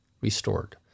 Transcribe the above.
restored